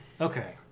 Okay